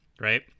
Right